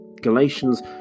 Galatians